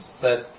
set